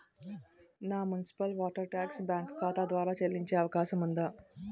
నా municipal water tax bank ఖాతా ద్వారా చెల్లించే అవకాశం ఉందా?